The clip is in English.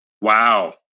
Wow